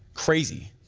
crazy.